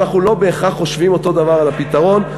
אנחנו לא בהכרח חושבים אותו דבר על הפתרון,